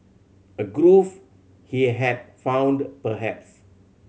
a groove he had found perhaps